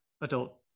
adult